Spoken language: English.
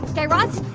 guy raz,